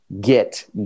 get